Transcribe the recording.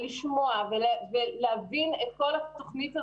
לשמוע ולהבין את כל התוכנית הזאת.